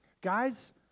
Guys